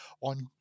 on